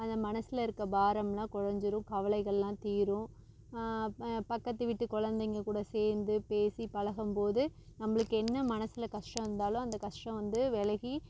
அந்த மனசில் இருக்கற பாரமெல்லாம் குறைஞ்சிரும் கவலைகளெல்லாம் தீரும் பக்கத்து வீட்டுக் கொழந்தைங்கக்கூட சேர்ந்து பேசி பழகம்போது நம்மளுக்கு என்ன மனசில் கஷ்டம் இருந்தாலும் அந்த கஷ்டம் வந்து விலகி